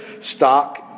stock